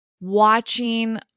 watching